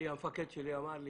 המפקד שלי אמר לי